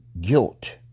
guilt